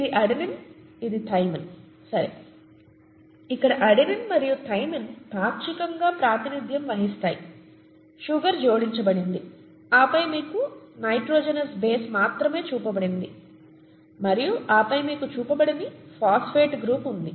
ఇది అడెనిన్ ఇది థైమిన్సరే ఇక్కడ అడెనిన్ మరియు థైమిన్ పాక్షికంగా ప్రాతినిధ్యం వహిస్తాయి షుగర్ జోడించబడింది ఆపై మీకు నైట్రోజెనోస్ బేస్ మాత్రమే చూపబడింది మరియు ఆపై మీకు చూపబడని ఫాస్ఫేట్ గ్రూప్ ఉంది